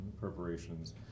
preparations